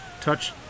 touch